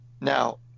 now